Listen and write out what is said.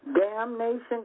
damnation